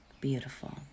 Beautiful